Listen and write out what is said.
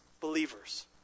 believers